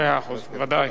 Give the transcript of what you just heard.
מאה אחוז, ודאי.